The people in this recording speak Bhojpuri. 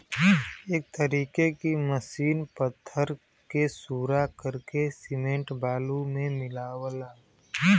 एक तरीके की मसीन पत्थर के सूरा करके सिमेंट बालू मे मिलावला